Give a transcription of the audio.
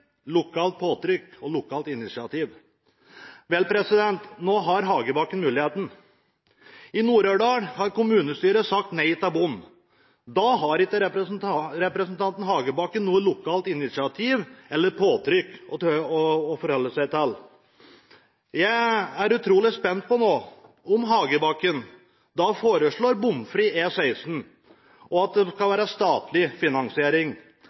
lokalt påtrykk og lokalt initiativ. Vel, nå har Hagebakken muligheten, for i Nord-Aurdal har kommunestyret sagt nei til bom. Da har ikke representanten Hagebakken noe lokalt initiativ eller påtrykk å forholde seg til. Jeg er utrolig spent på om Hagebakken nå foreslår bomfri E16, og at det skal være statlig finansiering